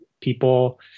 People